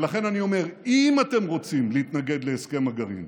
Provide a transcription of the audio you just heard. ולכן אני אומר, אם אתם רוצים להתנגד להסכם הגרעין,